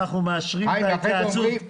אנחנו מאשרים את ההתייעצות,